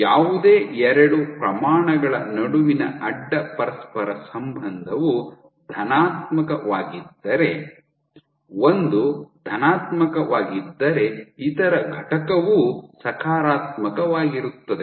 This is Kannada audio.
ಯಾವುದೇ ಎರಡು ಪ್ರಮಾಣಗಳ ನಡುವಿನ ಅಡ್ಡ ಪರಸ್ಪರ ಸಂಬಂಧವು ಧನಾತ್ಮಕವಾಗಿದ್ದರೆ ಒಂದು ಧನಾತ್ಮಕವಾಗಿದ್ದರೆ ಇತರ ಘಟಕವೂ ಸಕಾರಾತ್ಮಕವಾಗಿರುತ್ತದೆ